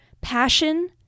passion